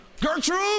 Gertrude